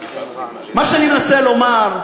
מה שאני מנסה לומר,